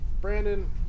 Brandon